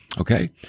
okay